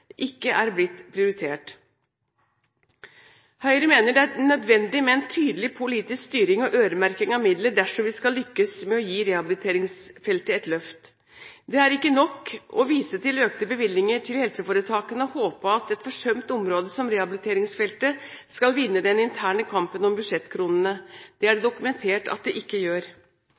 ikke er blitt prioritert. Høyre mener det er nødvendig med en tydelig politisk styring og øremerking av midler dersom vi skal lykkes med å gi rehabiliteringsfeltet et løft. Det er ikke nok å vise til økte bevilgninger til helseforetakene og håpe at et forsømt område som rehabiliteringsfeltet skal vinne den interne kampen om budsjettkronene. Det er det dokumentert at det ikke gjør.